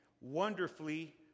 wonderfully